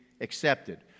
accepted